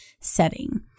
setting